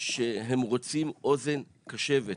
הם רוצים אוזן קשבת,